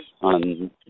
on